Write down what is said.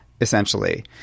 essentially